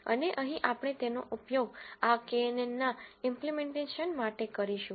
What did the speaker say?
અને અહીં આપણે તેનો ઉપયોગ આ knn ના ઈમ્પ્લીમેનટેશન માટે કરીશું